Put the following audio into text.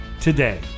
today